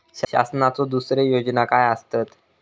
शासनाचो दुसरे योजना काय आसतत?